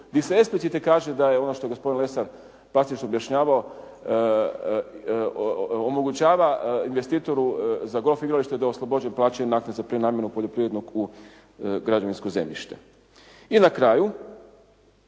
se eksplicite kaže da je ono što je gospodin Lesar drastično objašnjavao, omogućava investitoru za golf igralište da je oslobođen plaćanja naknade za prenamjenu poljoprivrednog u građevinsko zemljište. I na kraju,